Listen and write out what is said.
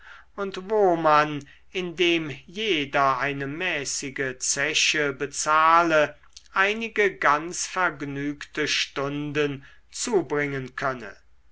und wo man indem jeder eine mäßige zeche bezahle einige ganz vergnügte stunden zubringen könne